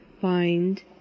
find